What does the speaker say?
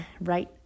right